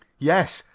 yes.